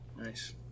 Nice